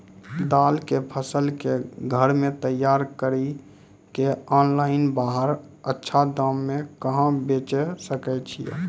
दाल के फसल के घर मे तैयार कड़ी के ऑनलाइन बाहर अच्छा दाम मे कहाँ बेचे सकय छियै?